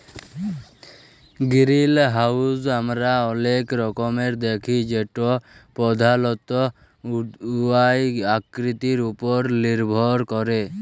greenhouse আমরা অলেক রকমের দ্যাখি যেট পধালত উয়ার আকৃতির উপর লির্ভর ক্যরে